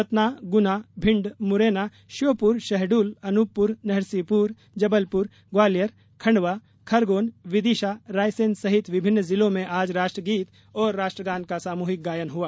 सतना गुना भिण्ड मुरैना श्योपुर शहडोल अनूपपुर नरसिंहपुर जबलपुर ग्वालियर खंडवा खरगोन विदिशा रायसेन सहित विभिन्न जिलों में आज राष्ट्र गीत और राष्ट्र गान का सामुहिक गायन हुआ